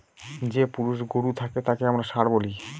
যে পুরুষ গরু থাকে তাকে আমরা ষাঁড় বলি